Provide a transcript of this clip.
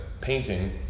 painting